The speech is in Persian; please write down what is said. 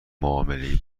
معاملهای